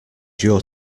you’re